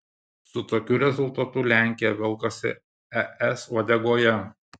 su tokiu rezultatu lenkija velkasi es uodegoje